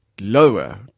lower